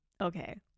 okay